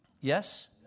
Yes